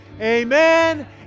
amen